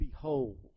Behold